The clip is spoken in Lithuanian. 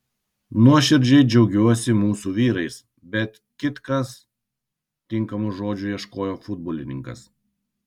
nuoširdžiai džiaugiuosi mūsų vyrais bet kitkas tinkamų žodžių ieškojo futbolininkas